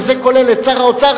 וזה כולל את שר האוצר,